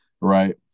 Right